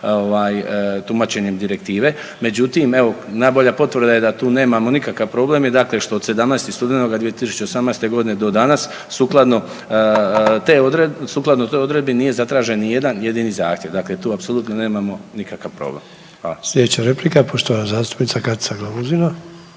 tumačenjem direktive. Međutim, evo najbolja potvrda je da tu nemamo nikakav problem što od 17. studenoga 2018.g. do danas sukladno toj odredbi nije zatražen nijedan jedini zahtjev, dakle tu apsolutno nemamo nikakav problem. Hvala. **Sanader, Ante (HDZ)** Sljedeća replika poštovana zastupnica Katica Glamuzina.